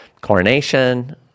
coronation